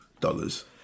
dollars